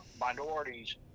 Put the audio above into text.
minorities